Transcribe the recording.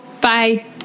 bye